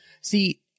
See